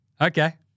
Okay